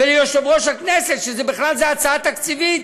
וליושב-ראש הכנסת, שזו בכלל הצעה תקציבית.